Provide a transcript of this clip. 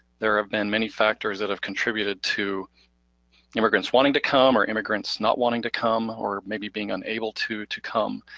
there have been many factors that have contributed to immigrants wanting to come or immigrants not wanting to come, or maybe being unable to, to come,